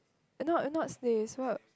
I know announce they swap